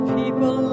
people